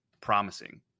promising